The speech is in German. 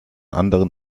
anderen